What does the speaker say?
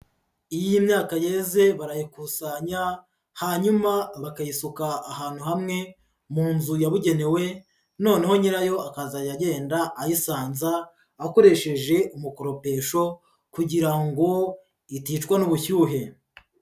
Iyo imyaka yeze barayikusanya hanyuma bakayisuka ahantu hamwe mu nzu yabugenewe, noneho nyirayo akazajya agenda ayisanza akoresheje umukoropesho kugira ngo iticwa n'ubushyuhe.